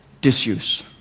disuse